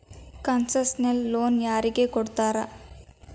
Concessional loan ಯಾರಿಗ್ ಕೊಡ್ತಾರ?